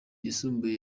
yisumbuye